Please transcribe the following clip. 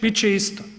Bit će isto.